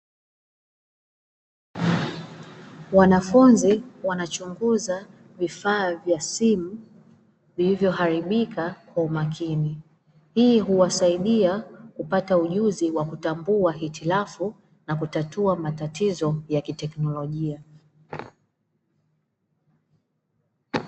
Wanafunzi wanachunguza vifaa vya simu, vilivyoharibika kwa umakini. Hii huwasaidia kupata ujuzi wa kutambua hitilafu na kutatua matatizo ya kiteknolojia.